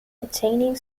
attaining